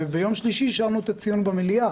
וביום שלישי אישרנו את ציון היום במליאה,